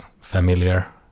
familiar